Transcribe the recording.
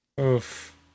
Oof